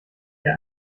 der